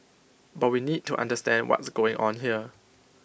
but we need to understand what's going on here